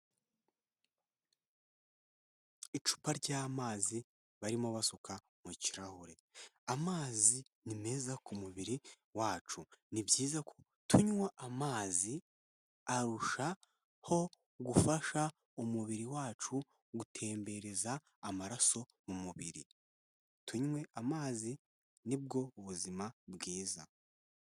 Icupa ry'amazi barimo basuka mu kirahure, amazi ni meza ku mubiri wacu, ni byiza ko tunywa amazi, arushaho gufasha umubiri wacu gutembereza amaraso mu mubiri, tunywe amazi ni bwo buzima bwiza.